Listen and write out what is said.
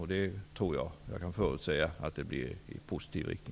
Jag tror att jag kan förutsäga att det blir i positiv riktning.